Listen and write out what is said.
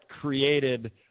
created